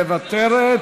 מוותרת,